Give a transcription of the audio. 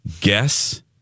guess